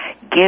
Give